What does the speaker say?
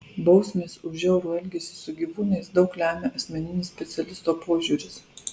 bausmės už žiaurų elgesį su gyvūnais daug lemia asmeninis specialisto požiūris